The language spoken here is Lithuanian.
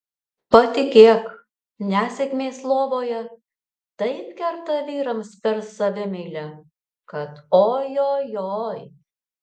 patikėk nesėkmės lovoje taip kerta vyrams per savimeilę kad oi oi oi